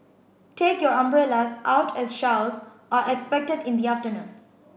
take your umbrellas out as showers are expected in the afternoon